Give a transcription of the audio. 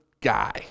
guy